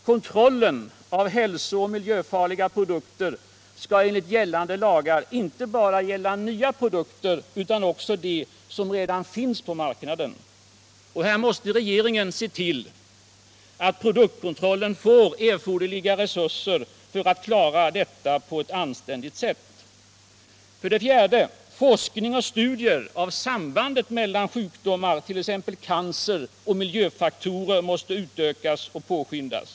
Kontrollen av hälsooch miljöfarliga produkter skall enligt gällande lagar inte bara gälla nya produkter utan också dem som redan finns på marknaden. Regeringen måste se till att produktkontrollen får erforderliga resurser för att klara kontrollen på ett anständigt sätt. 4. Forskning och studier av sambandet mellan sjukdomar, t.ex. cancer, och miljöfaktorer måste utökas och påskyndas.